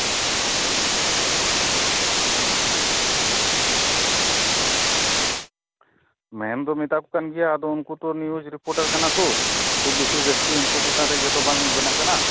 ᱢᱮᱱᱫᱚ ᱢᱮᱛᱟ ᱠᱚ ᱠᱟᱱ ᱜᱮᱭᱟ ᱟᱫᱚ ᱩᱱᱠᱩ ᱛᱚ ᱱᱤᱭᱩᱡ ᱨᱤᱯᱳᱴᱟᱨ ᱠᱟᱱᱟᱠᱚ ᱠᱷᱩᱵ ᱵᱮᱥᱤ ᱡᱟᱥᱛᱤ ᱩᱱᱠᱩ ᱪᱮᱛᱟᱱᱨᱮ ᱤᱭᱟᱹ ᱫᱚ ᱵᱟᱝ ᱵᱮᱱᱟᱜ ᱠᱟᱱᱟ